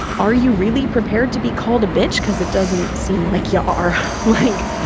are you really prepared to be called a bitch because it doesn't seem like you are lying.